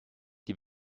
die